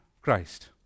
Christ